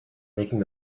making